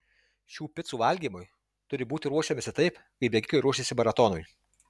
šių picų valgymui turi būti ruošiamasi taip kaip bėgikai ruošiasi maratonui